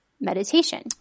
meditation